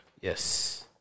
Yes